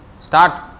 Start